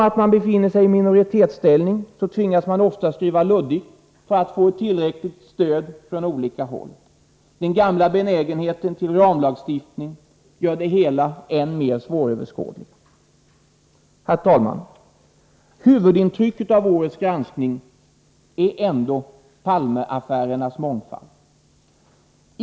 Till följd av minoritetsställningen tvingas regeringen ofta skriva luddigt för att få tillräckligt stöd från olika håll. Den gamla benägenheten till ramlagstiftning gör det hela än mer svåröverskådligt. Herr talman! Huvudintrycket av årets granskning är ändå Palme-affärernas mångfald.